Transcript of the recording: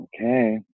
okay